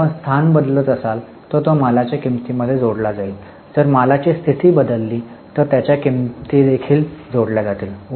जर आपण स्थान बदलत असाल तर ते मालाच्या किमंतीमध्ये जोडले जाईल जर मालाची स्थिती बदलली तर त्याच्या किंमती देखील जोडल्या जातील